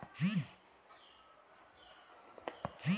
లోను కోసం బ్యాంక్ కి ఏమైనా రుసుము చెల్లించాల్సి ఉందా?